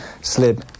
slip